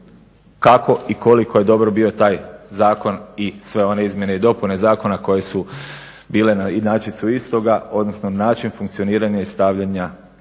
kako i koliko je dobro bio taj zakon i sve one izmjene i dopune zakona koje su bile na inačicu istoga, odnosno način funkcioniranja i stavljanja